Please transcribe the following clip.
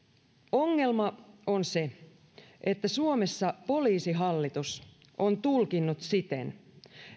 ongelma on se että suomessa poliisihallitus on tulkinnut siten